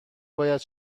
باید